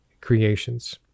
creations